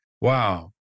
Wow